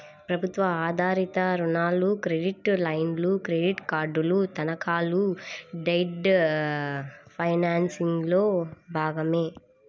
ప్రభుత్వ ఆధారిత రుణాలు, క్రెడిట్ లైన్లు, క్రెడిట్ కార్డులు, తనఖాలు డెట్ ఫైనాన్సింగ్లో భాగమే